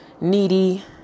needy